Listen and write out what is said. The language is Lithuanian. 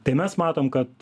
tai mes matom kad